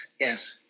Yes